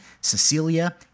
Cecilia